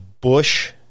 Bush-